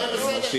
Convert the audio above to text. בסדר.